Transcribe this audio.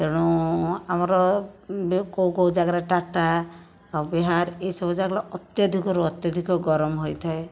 ତେଣୁ ଆମର କେଉଁ କେଉଁ ଯାଗାରେ ଟାଟା ଆଉ ବିହାର ଏସବୁ ଯାଗାରେ ଅତ୍ୟଧିକରୁ ଅତ୍ୟଧିକ ଗରମ ହୋଇଥାଏ